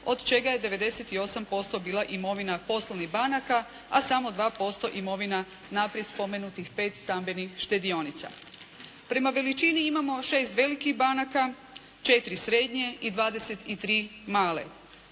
od čega je 98% bila imovina poslovnih banaka a samo 2% imovina naprijed spomenutih pet stambenih štedionica. Prema veličini imamo šest velikih banaka, četiri srednje i dvadeset